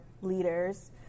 leaders